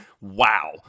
wow